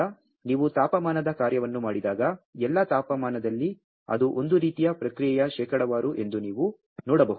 ಆದ್ದರಿಂದ ನೀವು ತಾಪಮಾನದ ಕಾರ್ಯವನ್ನು ಮಾಡಿದಾಗ ಎಲ್ಲಾ ತಾಪಮಾನದಲ್ಲಿ ಅದು ಒಂದೇ ರೀತಿಯ ಪ್ರತಿಕ್ರಿಯೆಯ ಶೇಕಡಾವಾರು ಎಂದು ನೀವು ನೋಡಬಹುದು